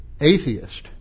atheist